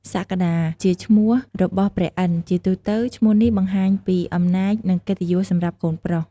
សក្កដា:ជាឈ្មោះរបស់ព្រះឥន្ទ្រ ជាទូទៅ ឈ្មោះនេះបង្ហាញពី អំណាច និងកិត្តិយសសម្រាប់កូនប្រុស។